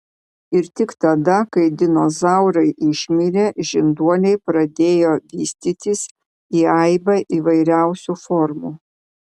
ir tik tada kai dinozaurai išmirė žinduoliai pradėjo vystytis į aibę įvairiausių formų